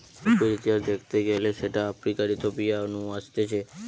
কফির ইতিহাস দ্যাখতে গেলে সেটা আফ্রিকার ইথিওপিয়া নু আসতিছে